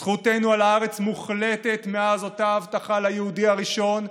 זכותנו על הארץ מוחלטת מאז אותה הבטחה ליהודי הראשון: